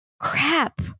crap